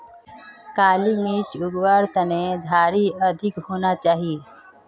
काली मिर्चक उग वार तने झड़ी अधिक होना चाहिए